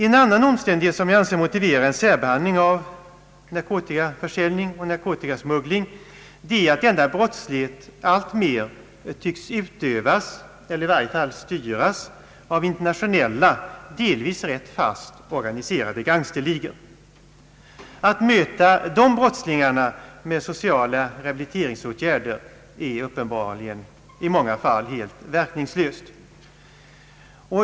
En annan omständighet som motiverar särbehandling av narkotikaförsäljning och narkotikasmuggling är att denna brottslighet alltmer tycks utövas eller i varje fall styras av internationella, delvis rätt fast organiserade gangsterligor. Att möta dessa brottslingar med sociala rehabiliteringsåtgärder är uppenbarligen i många fall helt verkningslöst.